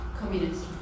communist